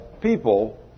people